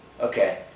okay